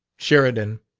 sheridan.